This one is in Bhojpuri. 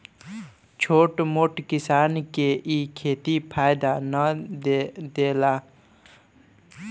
छोट मोट किसान के इ खेती फायदा ना देला